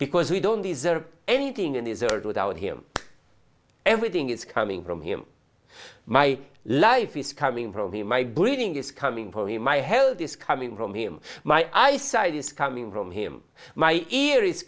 because we don't deserve anything in this earth without him everything is coming from him my life is coming from him my breathing is coming from him my health is coming from him my eyesight is coming from him my ear is